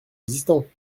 existants